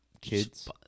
kids